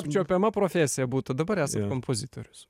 apčiuopiama profesija būtų dabar esat kompozitorius